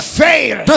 fail